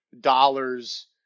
dollars